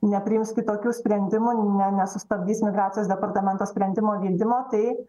nepriims kitokių sprendimų ne nesustabdys migracijos departamento sprendimo vykdymo tai